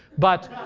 but